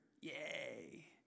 Yay